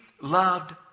loved